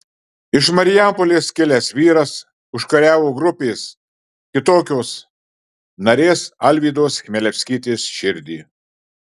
iš marijampolės kilęs vyras užkariavo grupės kitokios narės alvydos chmelevskytės širdį